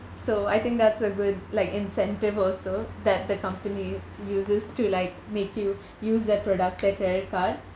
so I think that's a good like incentive also that the company uses to like make you use their product their credit card